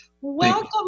Welcome